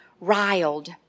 riled